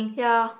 yeah